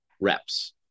reps